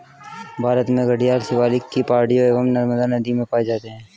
भारत में घड़ियाल शिवालिक की पहाड़ियां एवं नर्मदा नदी में पाए जाते हैं